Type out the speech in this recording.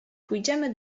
pójdziemy